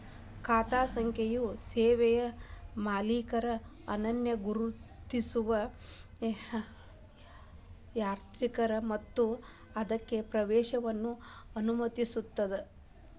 ಖಾತಾ ಸಂಖ್ಯೆಯು ಸೇವೆಯ ಮಾಲೇಕರ ಅನನ್ಯ ಗುರುತಿಸುವಿಕೆಯಾಗಿರ್ತದ ಮತ್ತ ಅದಕ್ಕ ಪ್ರವೇಶವನ್ನ ಅನುಮತಿಸುತ್ತದ